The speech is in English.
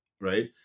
right